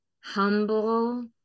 humble